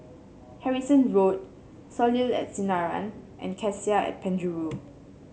Harrison Road Soleil and Sinaran and Cassia and Penjuru